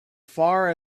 far